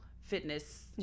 fitness